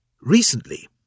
Recently